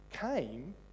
came